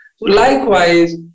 Likewise